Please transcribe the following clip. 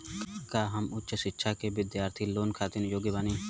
का हम उच्च शिक्षा के बिद्यार्थी लोन खातिर योग्य बानी?